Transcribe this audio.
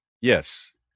yes